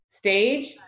stage